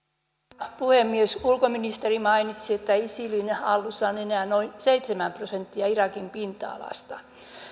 arvoisa puhemies ulkoministeri mainitsi että isilin hallussa on enää noin seitsemän prosenttia irakin pinta alasta